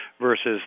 versus